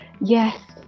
Yes